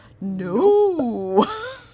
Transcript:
No